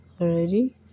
already